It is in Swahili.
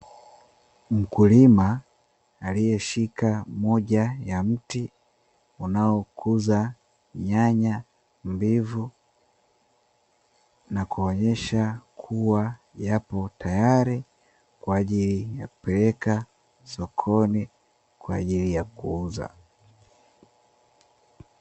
Mkulima aliyeshika moja ya mti unaokuza nyanya mbivu na kuonyesha kuwa yapo tayari kwa ajili ya kupeleka sokoni kwa ajili ya kuuza.